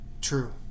True